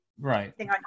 right